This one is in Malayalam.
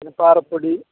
പിന്നെ പാറപ്പൊടി